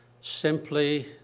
simply